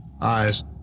Eyes